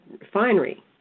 refinery